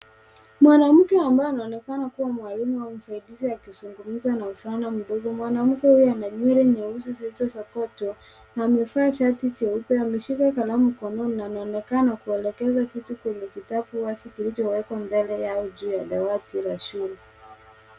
Mwanamke ambaye anaonekana kuwa mwalimu au msaidizi akizungumza na mvulana mdogo . Mwanamke huyo ana nywele nyeusu zilizosokotwa . Amevaa shati jeupe. Ameshika kalamu mkononi na anaonekana kuelekeza kitu kwenye kitabu wazi kilichowekwa mbele yao juu ya dawati ya shule.